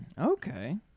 okay